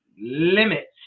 limits